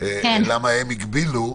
למה הם הגבילו.